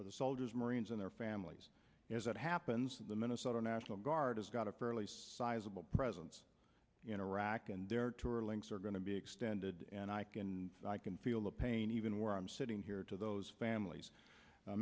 for the soldiers marines and their families as it happens the minnesota national guard has got a fairly sizable presence in iraq and their tour links are going to be extended and i can i can feel the pain even where i'm sitting here to those families